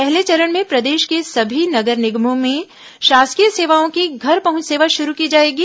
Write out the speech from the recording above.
पहले चरण में प्रदेश के सभी नगर निगमों में शासकीय सेवाओं की घर पहुंच सेवा शुरू की जाएगी